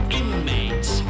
inmates